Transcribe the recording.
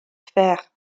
faire